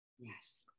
Yes